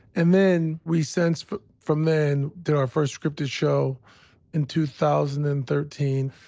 and then we, since from from then, did our first scripted show in two thousand and thirteen.